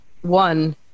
one